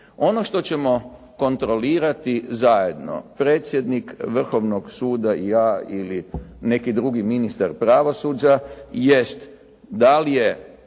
Ono što ćemo kontrolirati zajedno, predsjednik Vrhovnog suda i ja ili neki drugi ministar pravosuđa jest da li je